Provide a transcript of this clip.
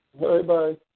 Bye-bye